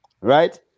right